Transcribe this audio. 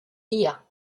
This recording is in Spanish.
día